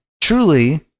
truly